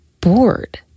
bored